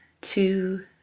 two